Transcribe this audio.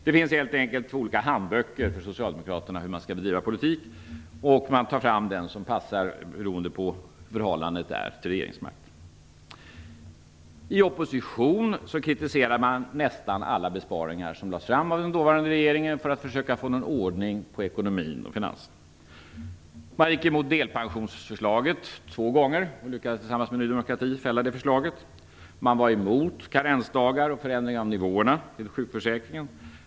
Det finns helt enkelt två helt olika handböcker för socialdemokraterna om hur de skall bedriva politik. Man tar fram den som passar beroende på hur förhållandet till regeringsmakten är. I oppositionsställning kritiserade man nästan alla besparingsförslag som lades fram av den dåvarande regeringen för att den skulle försöka få någon ordning på ekonomin och finanserna. Man gick emot delpensionsförslaget två gånger och lyckades tillsammans med Ny demokrati fälla det förslaget. Man var emot införandet av karensdagar och förändringar av nivåerna i sjukförsäkringen.